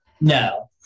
no